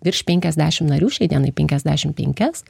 virš penkiasdešimt narių šiai dienai penkiasdešimt penkias